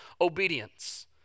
obedience